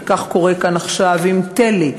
וכך קורה כאן עכשיו עם תל"י.